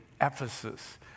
Ephesus